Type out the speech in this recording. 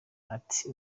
ati